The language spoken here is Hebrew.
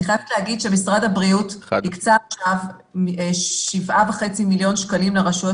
אני חייבת להגיד שמשרד הבריאות הקצה 7.5 מיליון שקלים לרשויות